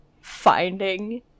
finding